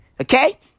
Okay